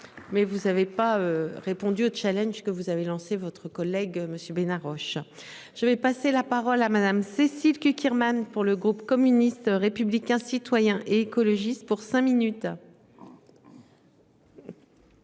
Mais vous avez pas répondu au challenge que vous avez lancé votre collègue monsieur Bena Roche. Je vais passer la parole à Madame Cécile Cukierman. Pour le groupe communiste, républicain, citoyen et écologiste pour cinq minutes.